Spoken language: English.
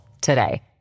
today